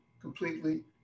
completely